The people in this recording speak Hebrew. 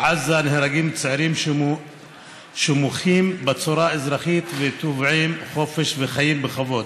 בעזה נהרגים צעירים שמוחים בצורה אזרחית ותובעים חופש וחיים בכבוד